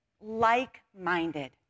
Like-minded